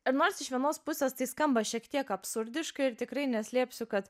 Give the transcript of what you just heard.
ir nors iš vienos pusės tai skamba šiek tiek absurdiška ir tikrai neslėpsiu kad